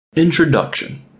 introduction